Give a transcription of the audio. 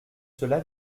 cela